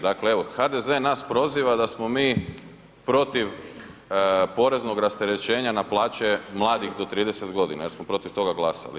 Dakle, evo HDZ nas proziv da smo mi protiv poreznog rasterećenja na plaće mladih do 30 g. jer smo protiv toga glasali.